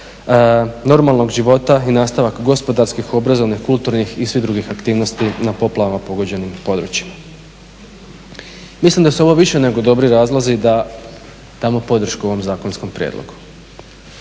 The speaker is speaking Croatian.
normalnog života i nastavak gospodarskih, obrazovnih, kulturnih i svih drugih aktivnosti na poplavama pogođenim područjima. Mislim da su ovi više nego dobri razlozi za damo podršku ovom zakonskom prijedlogu.